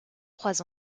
trois